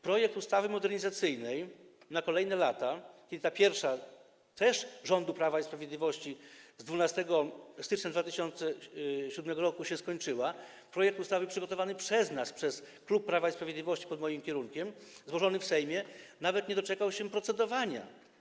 Projekt ustawy modernizacyjnej na kolejne lata, kiedy czas tej pierwszej, też rządu Prawa i Sprawiedliwości, z 12 stycznia 2007 r. się skończył, przygotowany przez nas, przez klub Prawa i Sprawiedliwości, pod moim kierunkiem, złożony w Sejmie, nawet nie doczekał się procedowania.